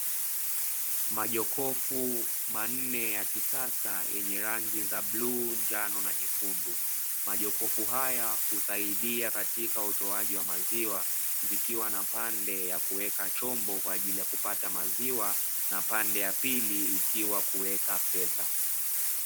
Majokofu manne ya kisasa yenye rangi ya bluu, njano, kijani na nyekundu, majokofu haya husaidia katika utoaji wa maziwa. Kuna upande kwa ajili ya kuweka chombo ili kupata maziwa na upande mwingine ni kwa ajili ya kuweka fedha.